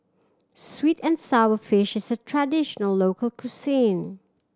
sweet and sour fish is a traditional local cuisine